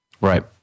Right